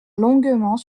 longuement